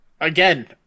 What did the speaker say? again